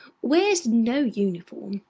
wears no uniform.